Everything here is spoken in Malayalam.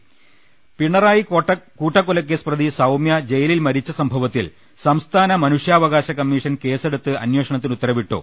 ള്ളിരി പിണറായി കൂട്ടക്കൊലക്കേസ് പ്രതി സൌമ്യ ജയിലിൽ മരിച്ച സംഭവ ത്തിൽ സംസ്ഥാന മനുഷ്യാവകാൾ കമ്മിഷൻ കേസെടുത്ത് അന്വേഷ ണത്തിന് ഉത്തരവിട്ടു